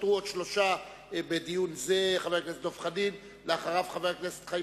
נותרו עוד שלושה בדיון זה: חבר הכנסת דב חנין,